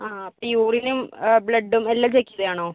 ആ അപ്പം യൂറിനും ബ്ലഡ്ഡും എല്ലം ചെക്ക് ചെയ്തത് ആണോ